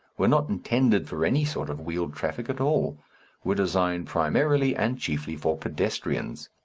were not intended for any sort of wheeled traffic at all were designed primarily and chiefly for pedestrians.